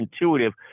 Intuitive